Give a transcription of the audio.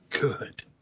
Good